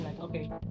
okay